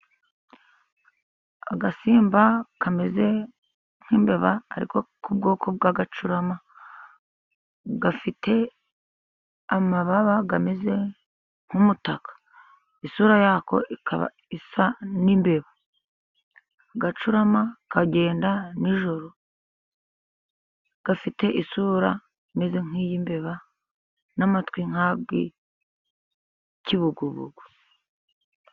Agasimba kameze nk'imbeba, ariko k'ubwoko bw'agacurama. Gafite amababa ameze nk'umutaka. Isura yako ikaba isa n'imbeba. Agacurama kagenda nijoro, gafite isura imeze nk'iy'imbeba n'amatwi nk'ay'ikibugubugu.